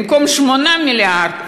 במקום 8 מיליארד,